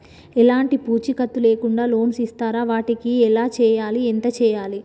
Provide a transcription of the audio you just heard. ఎలాంటి పూచీకత్తు లేకుండా లోన్స్ ఇస్తారా వాటికి ఎలా చేయాలి ఎంత చేయాలి?